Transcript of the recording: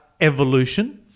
evolution